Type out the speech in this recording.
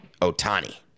Otani